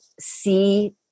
see